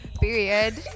Period